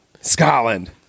scotland